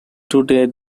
today